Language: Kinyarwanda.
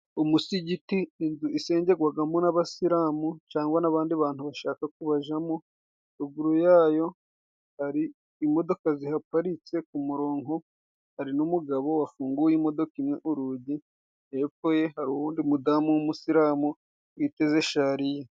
Umusigiti inzu isengerwagamo n'abasilamu cangwa n'abandi bantu bashaka kubajamo. Ruguru yayo hari imodoka zihaparitse ku muronko, hari n'umugabo wafunguye imodoka imwe urugi hepfo ye harindi mudamu w'umusilamu witeze shariye.